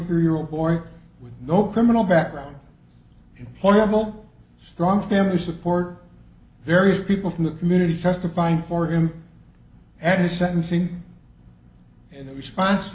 three year old boy with no criminal background in horrible strong family support various people from the community testifying for him at his sentencing and the response